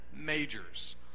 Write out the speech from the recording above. majors